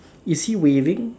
is he waving